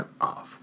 off